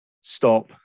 stop